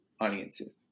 audiences